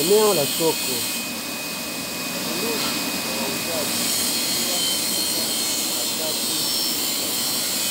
Eneo la soko, wanunuzi na wauzaji wakiwa katika harakati za kila siku.